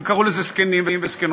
הם קראו לזה זקנים וזקנות,